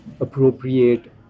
appropriate